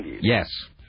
Yes